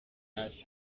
hafi